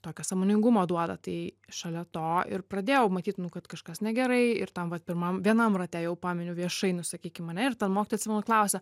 tokio sąmoningumo duoda tai šalia to ir pradėjau matyt nu kad kažkas negerai ir tam vat pirmam vienam rate jau paminiu viešai nu sakykim ane ir ten mokytojas klausia